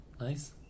nice